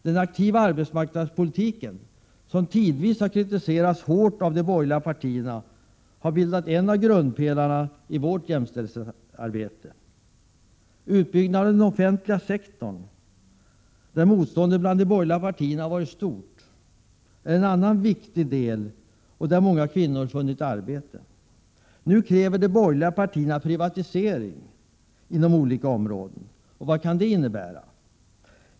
Den aktiva arbetsmarknadspolitiken, som tidvis har kritiserats hårt av de borgerliga partierna, har bildat en av grundpelarna i vårt jämställdhetsarbete. Utbyggnaden av den offentliga sektorn — där motståndet bland de borgerliga partierna varit stort — är en annan viktig del, och där har många kvinnor funnit arbete. Nu kräver de borgerliga partierna privatisering inom olika områden. Vad kan det innebära?